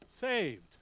saved